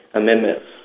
amendments